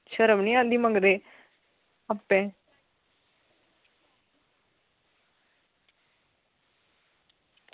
शर्म निं आंदी मंगदे आपें